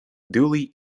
dooley